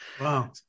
Wow